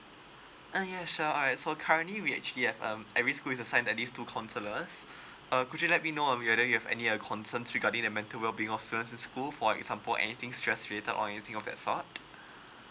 uh ya sure I'd so currently we actually have um every school is a sign at least two counselors uh could you let me know um whether you have any uh concerns regarding the mental well being of your son in school for example anything stress related or anything of that sort